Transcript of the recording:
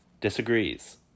disagrees